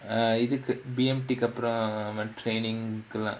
uh இருக்கு:irukku B_M_T அப்புறம் அவன்:appuram avan training